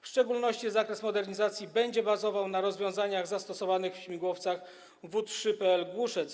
W szczególności zakres modernizacji będzie bazował na rozwiązaniach zastosowanych w śmigłowcach W-3PL Głuszec.